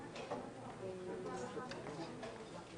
כל אזרח שווה בפני החוק,